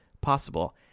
possible